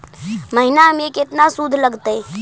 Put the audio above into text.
महिना में केतना शुद्ध लगतै?